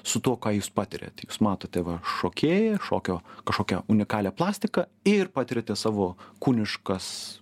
su tuo ką jūs patiriat jūs matote va šokėją šokio kažkokią unikalią plastiką ir patiriate savo kūniškas